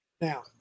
now